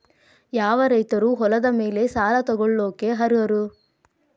ಯಾವ ರೈತರು ಹೊಲದ ಮೇಲೆ ಸಾಲ ತಗೊಳ್ಳೋಕೆ ಅರ್ಹರು?